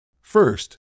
First